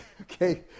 Okay